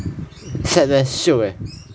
sad meh shiok eh